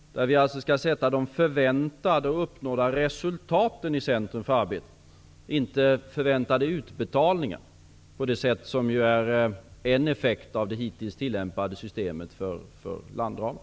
Vi skall alltså sätta de förväntade och uppnådda resultaten i centrum för arbetet, inte förväntade utbetalningar. Det är ju en effekt av det hittills tillämpade systemet för landramen.